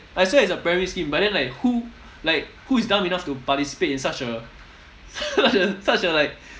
I swear it's a pyramid scheme but then like who like who is dumb enough to participate in such a such a such a like